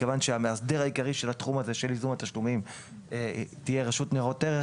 מכיוון שהמאסדרת העיקרית של תחום ייזום התשלומים תהיה רשות ניירות ערך